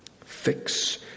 Fix